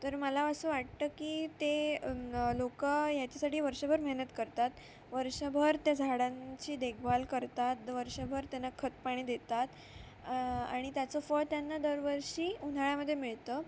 तर मला असं वाटतं की ते लोकं याच्यासाठी वर्षभर मेहनत करतात वर्षभर त्या झाडांची देखभाल करतात वर्षभर त्यांना खतपाणी देतात आणि त्याचं फळ त्यांना दरवर्षी उन्हाळ्यामध्ये मिळतं